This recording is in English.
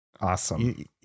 awesome